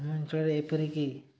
ଆମ ଅଞ୍ଚଳରେ ଏପରିକି